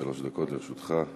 שלוש דקות לרשותך.